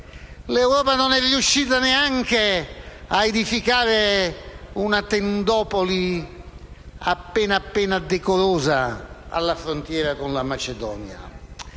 L'Europa non è riuscita neanche a edificare una tendopoli appena appena decorosa alla frontiera con la Macedonia.